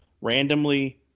randomly